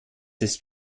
ist